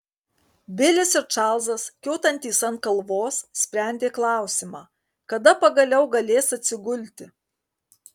bilis ir čarlzas kiūtantys ant kalvos sprendė klausimą kada pagaliau galės atsigulti